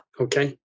okay